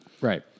Right